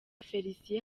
félicien